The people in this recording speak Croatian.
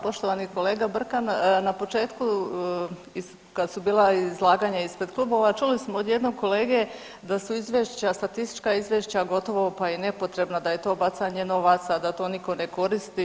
Poštovani kolega Brkan, na početku kad su bila izlaganja ispred klubova čuli smo od jednog kolege da su izvješća, statistička izvješća gotovo pa i nepotrebna, da je to bacanje novaca, da to nitko ne koristi.